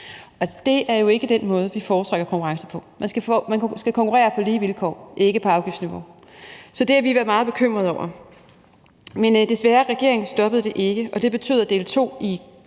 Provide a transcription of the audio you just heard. og det er jo ikke den måde, vi foretrækker at have konkurrence på. Man skal konkurrere på lige vilkår og ikke på afgiftsniveau. Så det har vi været meget bekymrede over. Men desværre stoppede regeringen det ikke, og det betød, at del 2 i